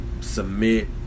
submit